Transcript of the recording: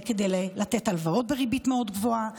כדי לתת הלוואות בריבית גבוהה מאוד,